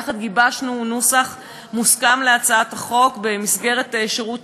יחד גיבשנו נוסח מוסכם להצעת החוק שבמסגרתה שירות